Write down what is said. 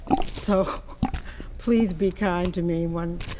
so please be kind to me one.